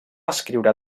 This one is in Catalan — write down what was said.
escriure